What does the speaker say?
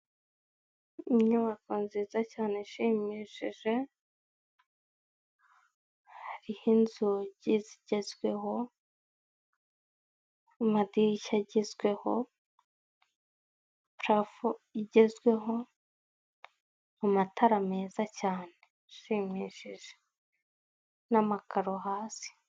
Inyubako nziza cyane ishimishije, hariho inzugi zigezweho, amadirishya agezweho, purafo igezweho, amatara meza cyane ishimishije n'amakaro hasi.